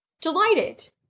delighted